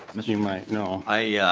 as you may know. i'm